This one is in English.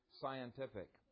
scientific